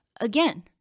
Again